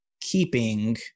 keeping